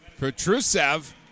Petrusev